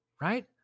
right